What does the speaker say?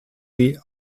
sie